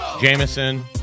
Jameson